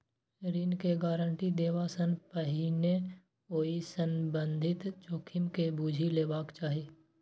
ऋण के गारंटी देबा सं पहिने ओइ सं संबंधित जोखिम के बूझि लेबाक चाही